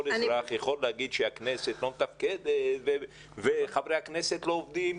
אזרח יכול להגיד שהכנסת לא מתפקדת וחברי הכנסת לא עובדים,